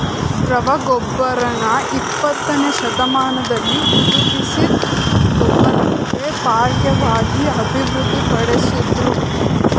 ದ್ರವ ಗೊಬ್ಬರನ ಇಪ್ಪತ್ತನೇಶತಮಾನ್ದಲ್ಲಿ ಹುದುಗಿಸಿದ್ ಗೊಬ್ಬರಕ್ಕೆ ಪರ್ಯಾಯ್ವಾಗಿ ಅಭಿವೃದ್ಧಿ ಪಡಿಸುದ್ರು